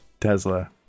Tesla